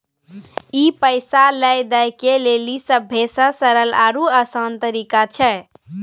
ई पैसा लै दै के लेली सभ्भे से सरल आरु असान तरिका छै